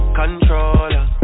controller